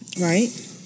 Right